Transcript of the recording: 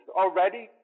already